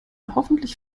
hoffentlich